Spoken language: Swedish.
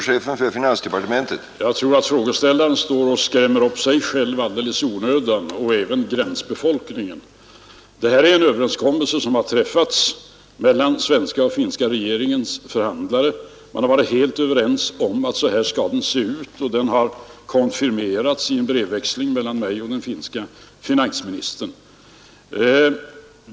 Herr talman! Jag tror att frågeställaren skrämmer upp sig själv och även gränsbefolkningen alldeles i onödan. Detta är en överenskommelse som har träffats mellan den svenska och den finska regeringens förhandlare. Man har varit fullt överens om att den skall se ut så här, och den har konfirmerats i en brevväxling mellan den finske finansministern och mig.